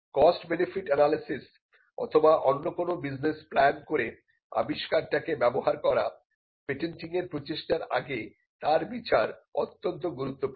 cost benefit analysis অথবা অন্য কোন বিজনেস প্ল্যান করে আবিষ্কার টা কে ব্যবহার করা পেটেন্টিংয়ের প্রচেষ্টার আগে তার বিচার অত্যন্ত গুরুত্বপূর্ণ